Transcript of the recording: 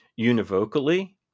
univocally